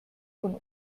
von